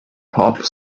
pop